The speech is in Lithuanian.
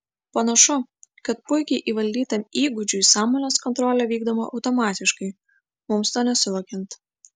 panašu kad puikiai įvaldytam įgūdžiui sąmonės kontrolė vykdoma automatiškai mums to nesuvokiant